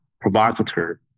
provocateur